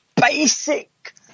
basic